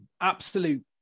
Absolute